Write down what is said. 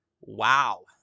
Wow